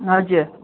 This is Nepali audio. हजुर